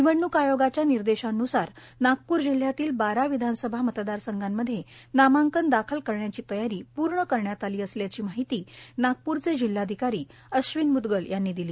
निवडणूक आयोगाच्या निर्देषानुसार नागपूर जिल्ह्यातील बारा विधानसभा मतदारसंघात नामांकन दाखल करण्याची तयारी पूर्ण करण्यात आली असल्याची माहिती नागपूरचे जिल्हाधिकारी अध्विन मुदगल यांनी दिली